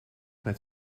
met